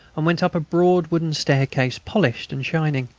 and went up a broad wooden staircase, polished and shining.